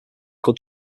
good